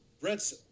Brett's